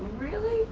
really?